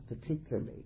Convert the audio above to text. particularly